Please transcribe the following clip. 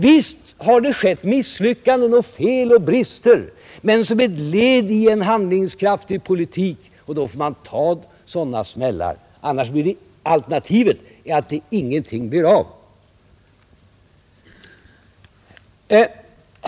Visst har det förekommit misslyckanden, fel och brister, men det har varit ett led i en handlingskraftig politik, och då får man ta sådana smällar. Alternativet är att ingenting blir av.